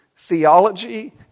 theology